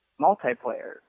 multiplayer